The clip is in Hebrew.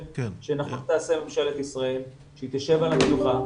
שנכון תעשה ממשלת ישראל שהיא תשב על המדוכה,